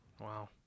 Wow